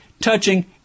touching